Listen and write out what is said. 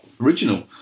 original